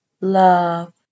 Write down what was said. love